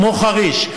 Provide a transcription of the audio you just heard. כמו חריש,